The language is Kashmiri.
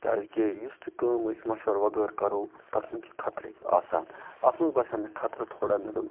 کیٛازِکہِ یُس تہِ کٲم ٲسۍ مَشوَرٕ بغٲر کَرو تَتھ منٛز چھِ خطرَے آسان اَتھ منٛز باسیٛوو مےٚ خطرٕ تھوڑا مےٚ دوٚپ